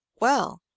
Well